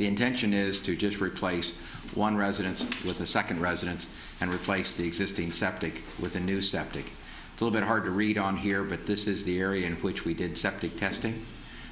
the intention is to just replace one residence with the second residence and replace the existing septic with a new septic a little bit hard to read on here but this is the area in which we did septic testing